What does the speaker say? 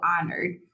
honored